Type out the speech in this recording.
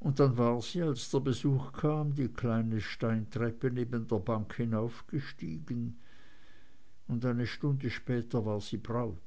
und dann war sie als der besuch kam die kleine steintreppe neben der bank hinaufgestiegen und eine stunde später war sie braut